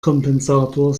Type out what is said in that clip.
kompensator